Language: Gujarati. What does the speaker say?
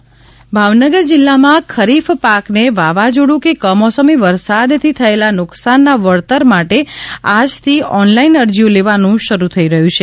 ખરીક઼ વળતર ભાવનગર જિલ્લામાં ખરીફ પાકને વાવાઝોડું કે કમોસમી વરસાદથી થયેલા નુકશાનના વળતર માટે આજથી ઓનલાઇન અરજીઓ લેવાનું શરૂ રહ્યું છે